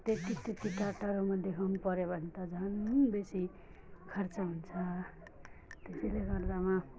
त्यत्ति त्यत्ति टाढटाढोमा देखाउनु पऱ्यो भने त झन् बेसी खर्च हुन्छ त्यसैले गर्दामा